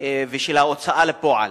ושל ההוצאה לפועל.